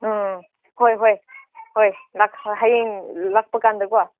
ꯑꯪ ꯍꯣꯏ ꯍꯣꯏ ꯍꯣꯏ ꯂꯥꯛꯈ꯭ꯔꯣ ꯍꯌꯦꯡ ꯂꯥꯛꯄꯀꯥꯟꯗꯀꯣ